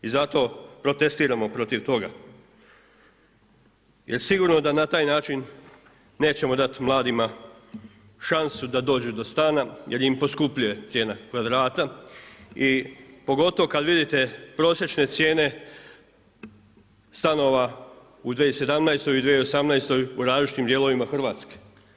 I zato protestiramo protiv toga jer sigurno da na taj način nećemo dati mladima šansu da dođu do stana jer im poskupljuje cijena kvadrata i pogotovo kada vidite prosječne cijene stanova u 2017. i 2018. u različitim dijelovima Hrvatske.